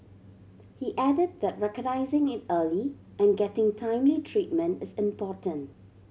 he added that recognising it early and getting timely treatment is important